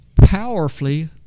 powerfully